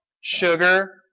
sugar